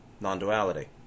non-duality